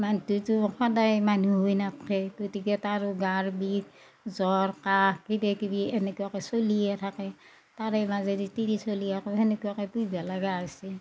মান্হটোটো সদায় মানহু হৈ নাথ্কেই গতিকে তাৰ গাৰ বিষ জ্বৰ কাঁহ কিবা কিবি এনেকুৱাকে চলিয়ে থাকেই তাৰে মাজেদি তিৰি চলি আকৌ সেনেকুৱাকে পুইভা লাগা হৈছি